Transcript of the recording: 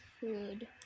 food